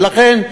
ולכן,